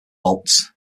bolts